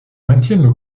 maintiennent